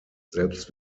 selbst